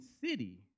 city